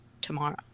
tomorrow